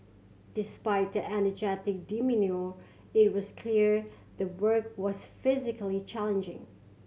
despite their energetic demeanour it was clear the work was physically challenging